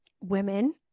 women